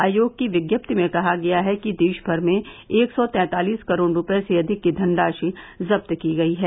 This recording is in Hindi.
आयोग की विज्ञप्ति में कहा गया है कि देश भर में एक सौ तैंतालिस करोड़ रुपये से अधिक की धनराशि जब्त की गई है